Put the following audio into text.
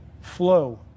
flow